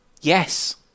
Yes